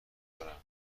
دارم